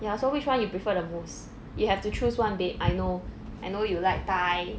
ya so which one you prefer the most you have to choose one babe I know I know you like thai